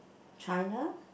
China